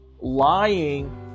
lying